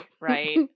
right